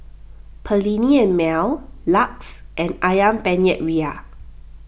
Perllini and Mel Lux and Ayam Penyet Ria